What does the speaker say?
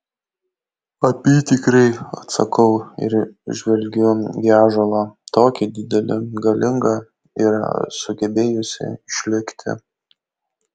apytikriai atsakau ir žvelgiu į ąžuolą tokį didelį galingą ir sugebėjusį išlikti